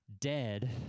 Dead